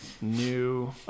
new